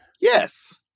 yes